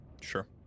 Sure